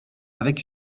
avec